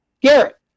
Garrett